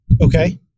Okay